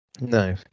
no